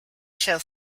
shall